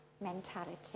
mentality